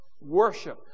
worship